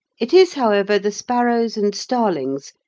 it is, however, the sparrows and starlings,